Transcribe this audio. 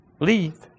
leave